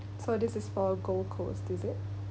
so this is for gold coast is it